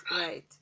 right